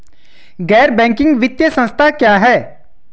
गैर बैंकिंग वित्तीय संस्था क्या है?